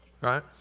right